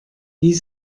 wie